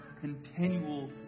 continual